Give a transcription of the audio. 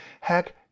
Heck